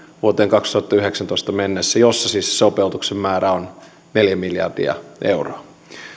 vuoteen kaksituhattayhdeksäntoista mennessä jossa siis se sopeutuksen määrä on neljä miljardia euroa